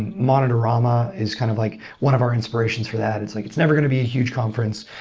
and modern drama is kind of like one of our inspirations for that. it's like it's never going to be a huge conference.